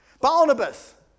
Barnabas